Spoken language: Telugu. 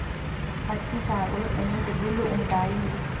పత్తి సాగులో ఎన్ని తెగుళ్లు ఉంటాయి?